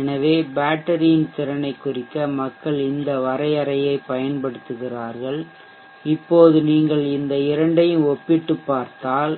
எனவே பேட்டரியின் திறனைக் குறிக்க மக்கள் இந்த வரையறையைப் பயன்படுத்துகிறார்கள் இப்போது நீங்கள் இந்த இரண்டையும் ஒப்பிட்டுப் பார்த்தால்